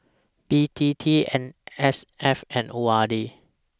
B T T M S F and O R D